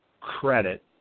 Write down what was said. credit